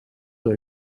door